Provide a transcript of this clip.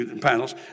panels